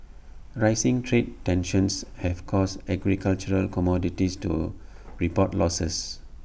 rising trade tensions have caused agricultural commodities to report losses